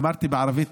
אמרתי בערבית,